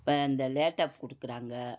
இப்போ அந்த லேடாப் கொடுக்குறாங்க